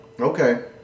okay